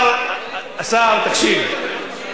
תקשיב,